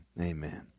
amen